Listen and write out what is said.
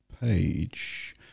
page